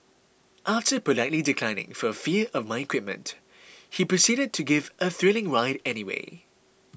after politely declining for fear of my equipment he proceeded to give a thrilling ride anyway